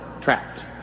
trapped